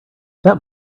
that